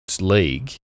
League